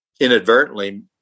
Inadvertently